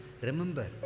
Remember